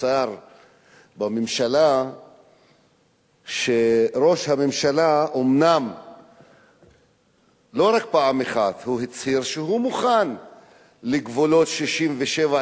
וכשר בממשלה שראש הממשלה לא רק פעם אחת הצהיר שהוא מוכן לגבולות 67',